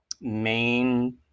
main